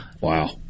Wow